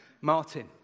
Martin